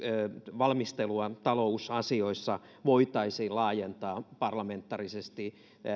valmistelua talousasioissa voitaisiin laajentaa parlamentaarisesti